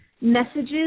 messages